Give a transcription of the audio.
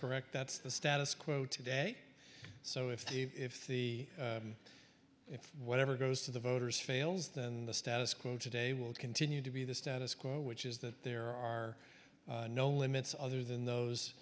correct that's the status quo today so if the if whatever goes to the voters fails then the status quo today will continue to be the status quo which is that there are no limits other than those